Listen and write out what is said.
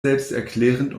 selbsterklärend